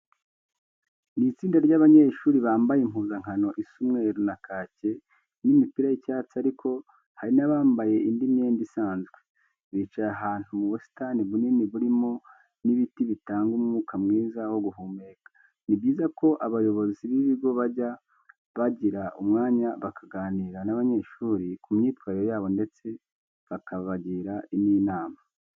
Ni itsinda ry'abanyeshuri bambaye impuzankano isa umweru na kake n'imipira y'icyatsi ariko hari n'abambaye indi myenda isanzwe. Bicaye ahantu mu busitani bunini burimo n'ibiti bitanga umwuka mwiza wo guhumeka. Ni byiza ko abayobozi b'ibigo bajya bagira umwanya bakaganira n'abanyeshuri ku myitwarire yabo ndetse bakabagira n'inama.